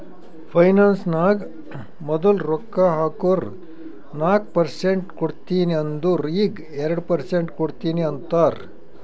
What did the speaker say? finance ನಾಗ್ ಮದುಲ್ ರೊಕ್ಕಾ ಹಾಕುರ್ ನಾಕ್ ಪರ್ಸೆಂಟ್ ಕೊಡ್ತೀನಿ ಅಂದಿರು ಈಗ್ ಎರಡು ಪರ್ಸೆಂಟ್ ಕೊಡ್ತೀನಿ ಅಂತಾರ್